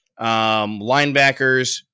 linebackers